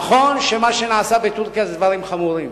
נכון שמה שנעשה בטורקיה זה דברים חמורים